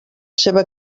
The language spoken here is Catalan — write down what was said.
seva